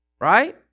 right